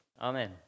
Amen